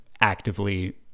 actively